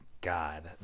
god